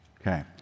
Okay